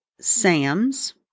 Sam's